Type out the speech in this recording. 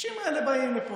האנשים האלה באים לפה,